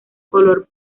color